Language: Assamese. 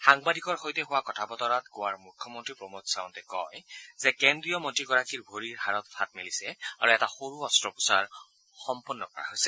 সাংবাদিকৰ সৈতে হোৱা কথা বতৰাত গোৱাৰ মুখ্যমন্ত্ৰী প্ৰমোদ ছাৰন্তে কয় যে কেন্দ্ৰীয় মন্ত্ৰীগৰাকীৰ ভৰিৰ হাড়ত ফাট মেলিছে আৰু এটা সৰু অস্ত্ৰোপচাৰ সম্পন্ন কৰা হৈছে